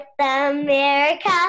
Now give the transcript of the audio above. America